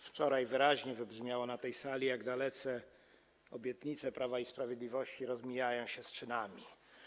Wczoraj wyraźnie wybrzmiało na tej sali, jak dalece obietnice Prawa i Sprawiedliwości rozmijają się z czynami.